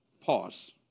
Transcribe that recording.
pause